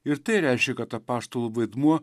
ir tai reiškia kad apaštalų vaidmuo